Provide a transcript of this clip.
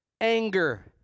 Anger